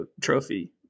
trophy